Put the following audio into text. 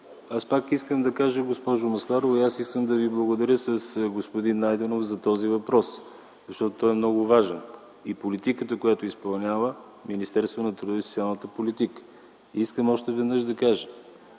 Аз пак искам да кажа, госпожо Масларова, и искам да Ви благодаря с господин Найденов за този въпрос, защото той е много важен и политиката, която изпълнява Министерството на труда и социалната политика. Искам още веднъж да кажа,